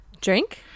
drink